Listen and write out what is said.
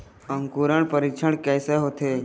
अंकुरण परीक्षण कैसे होथे?